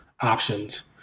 options